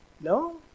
no